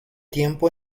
tiempo